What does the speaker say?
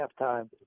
halftime